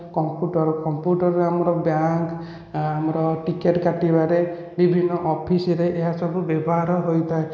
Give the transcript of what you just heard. computer କମ୍ପ୍ୟୁଟର୍ରେ ଆମର bank ଆମର ଟିକେଟ୍ କାଟିବାରେ ବିଭିନ୍ନ ଅଫିସରେ ଏହା ସବୁ ବ୍ୟବହାର ହୋଇଥାଏ